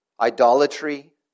idolatry